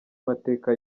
mateka